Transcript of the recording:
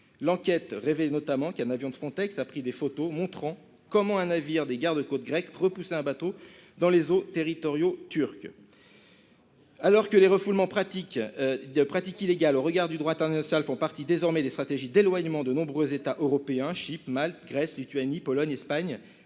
L'enquête révélait notamment qu'un avion de Frontex avait pris des photos montrant comment un navire des garde-côtes grecs repoussait un bateau dans les eaux territoriales turques. Alors que les refoulements, pratiques illégales au regard du droit international, font désormais partie des stratégies d'éloignement de nombreux États européens- Chypre, Malte, Grèce, Lituanie, Pologne et Espagne